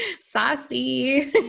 Saucy